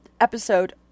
episode